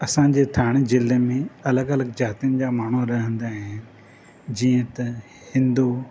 असांजे ठाणे ज़िले में अलॻि अलॻि ज़ातियुनि जा माण्हू रहंदा आहिनि जीअं त हिंदु